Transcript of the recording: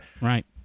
Right